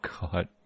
god